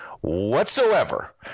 whatsoever